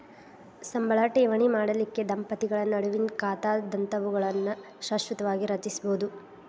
ಸಂಬಳ ಠೇವಣಿ ಮಾಡಲಿಕ್ಕೆ ದಂಪತಿಗಳ ನಡುವಿನ್ ಖಾತಾದಂತಾವುಗಳನ್ನ ಶಾಶ್ವತವಾಗಿ ರಚಿಸ್ಬೋದು